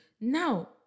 now